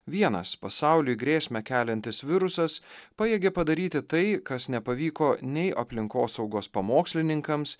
vienas pasauliui grėsmę keliantis virusas pajėgė padaryti tai kas nepavyko nei aplinkosaugos pamokslininkams